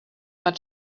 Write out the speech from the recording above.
but